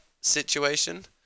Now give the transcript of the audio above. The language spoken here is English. situation